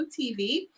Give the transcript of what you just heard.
TV